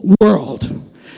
world